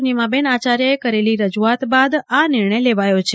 નીમાબેન આચાર્યે કરેલી રજૂઆત બાદ આ નિર્ણય લેવાયો છે